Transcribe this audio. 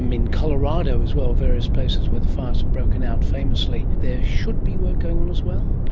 um in colorado as well, various places where the fires have broken out famously, there should be work going on as well?